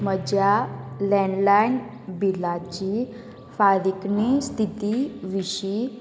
म्हज्या लँडलायन बिलाची फारीकणी स्थिती विशीं